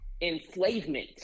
enslavement